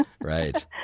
right